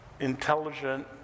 intelligent